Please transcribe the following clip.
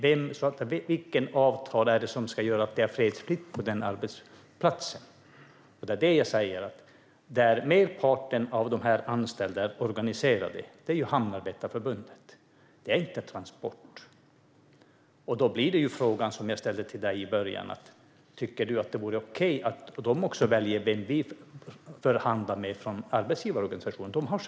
Vilket avtal ska göra att det är fredsplikt på den arbetsplatsen? Merparten av de anställda är organiserade i Hamnarbetarförbundet, inte i Transport. Då blir frågan som jag ställde till dig i början: Tycker du att det vore okej om de själva väljer vilken arbetsgivarorganisation de förhandlar med?